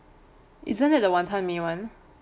isn't it the wanton mee [one]